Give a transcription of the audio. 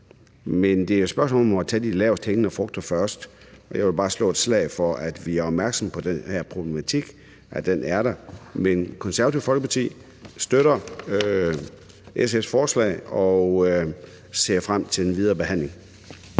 men det er spørgsmålet om at tage de lavest hængende frugter først. Jeg vil bare slå et slag for, at vi er opmærksomme på, at den her problematik er der. Men Konservative Folkeparti støtter SF's forslag og ser frem til den videre behandling.